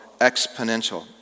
exponential